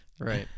right